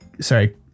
Sorry